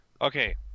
Okay